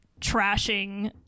trashing